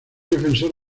defensor